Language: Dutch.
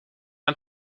een